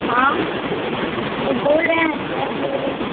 हाँ तो बोल रहे हैं क्या जो